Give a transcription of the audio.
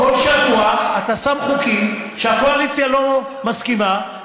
כל שבוע אתה שם חוקים שהקואליציה לא מסכימה להם,